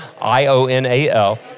I-O-N-A-L